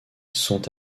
sont